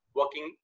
working